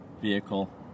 vehicle